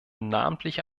namentliche